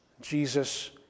Jesus